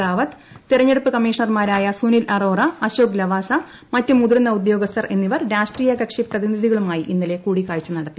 റാവത്ത് തെരഞ്ഞെടുപ്പ് കമ്മീഷണർമാരായ സുനിൽ അറോറ അശോക് ലവാസ മറ്റ് മുതിർന്ന ഉദ്യോഗസ്ഥർ എന്നിവർ രാഷ്ട്രീയ കക്ഷി പ്രതിനിധികളുമായി ഇന്നലെ കൂടിക്കാഴ്ച നടത്തി